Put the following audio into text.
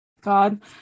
God